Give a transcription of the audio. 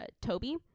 Toby